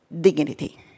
dignity